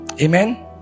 Amen